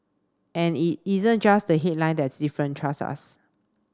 and it isn't just the headline that's different trust us